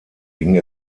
ging